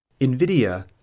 Nvidia